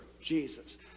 Jesus